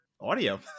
audio